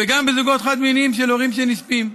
וגם בזוגות חד-מיניים של הורים לנספים.